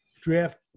draft